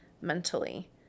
mentally